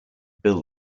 build